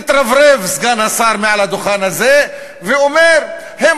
מתרברב סגן השר מעל הדוכן הזה ואומר: הם